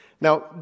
Now